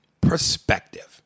Perspective